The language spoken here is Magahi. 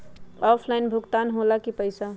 ऑफलाइन भुगतान हो ला कि पईसा?